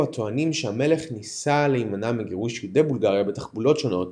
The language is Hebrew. הטוענים שהמלך ניסה להימנע מגירוש יהודי בולגריה בתחבולות שונות